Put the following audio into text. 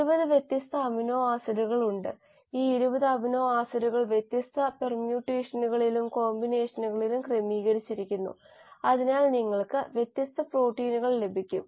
20 വ്യത്യസ്ത അമിനോ ആസിഡുകൾ ഉണ്ട് ഈ 20 അമിനോ ആസിഡുകൾ വ്യത്യസ്ത പെർമ്യൂട്ടേഷനുകളിലും കോമ്പിനേഷനുകളിലും ക്രമീകരിച്ചിരിക്കുന്നു അതിനാൽ നിങ്ങൾക്ക് വ്യത്യസ്ത പ്രോട്ടീനുകൾ ലഭിക്കും